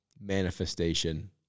manifestation